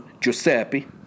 Giuseppe